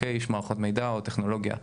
איש מערכות מידע או טכנולוגיה.